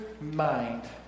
mind